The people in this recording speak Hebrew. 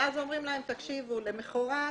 ואז אומרים להם, תקשיבו, למחרת